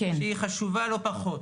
שהיא חשובה לא פחות.